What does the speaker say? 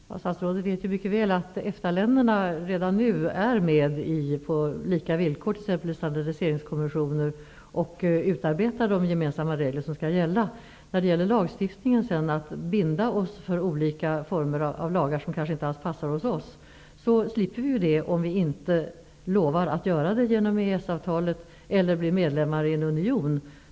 Herr talman! Statsrådet vet mycket väl att EFTA länderna redan nu är med på lika villkor t.ex. i standardiseringskommissioner och utarbetar de gemensamma regler som skall gälla. Vi slipper binda oss för olika former av lagar som kanske inte alls passar hos oss, om vi inte lovar att göra det genom EES-avtalet eller genom att bli medlemmar i en union.